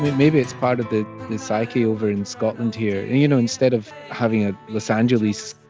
maybe it's part of the psyche over in scotland here. you know, instead of having a los angeles,